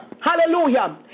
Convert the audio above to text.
hallelujah